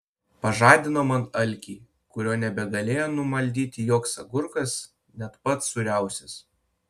pažadino man alkį kurio nebegalėjo numaldyti joks agurkas net pats sūriausias